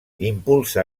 impulsa